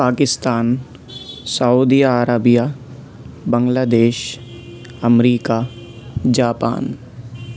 Pakistan Saudi Arabia Bangladesh امریکا Japan